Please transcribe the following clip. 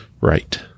right